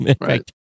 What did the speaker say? Right